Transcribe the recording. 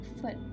foot